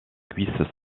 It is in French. cuisses